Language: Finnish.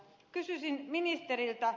kysyisin ministeriltä